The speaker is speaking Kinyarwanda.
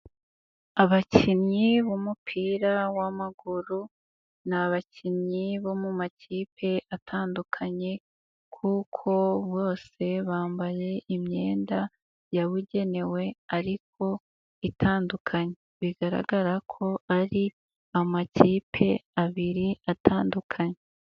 Abakinnyi b'umupira w'amaguru ni abakinnyi bo mu makipe atandukanye kuko bose bambaye imyenda yabugenewe ariko itandukanye bigaragara ko ari amakipe abiri atandukanye.